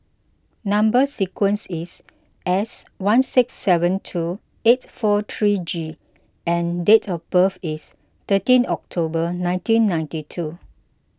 Number Sequence is S one six seven two eight four three G and date of birth is thirteen October nineteen ninety two